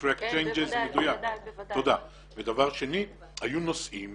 אנחנו נבקש שמשרד המשפטים